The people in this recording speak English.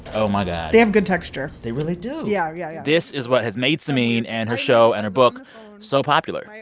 oh, my god they have good texture they really do yeah, yeah, yeah this is what has made samin and her show and her book so popular.